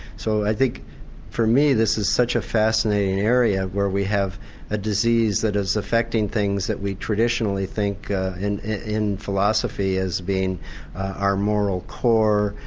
so i think for me this is such a fascinating area where we have a disease that is affecting things that we traditionally think in in philosophy as being our moral core.